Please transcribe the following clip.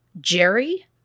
Jerry